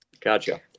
Gotcha